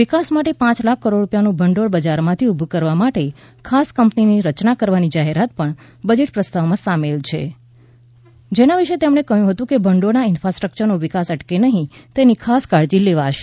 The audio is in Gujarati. વિકાસ માટે પાંચ લાખ કરોડ રૂપિયાનું ભંડોળ બજારમાંથી ઊભું કરવા માટે ખાસ કંપનીની રચના કરવાની જાહેરાત પણ બજેટ પ્રસ્તાવમાં સામેલ છે જેના વિષે તેમણે કહ્યું હતું કે ભંડોળના ઇન્ફાસ્ટ્રકચરનો વિકાસ અટકે નહીં તેની ખાસ કાળજી લેવાશે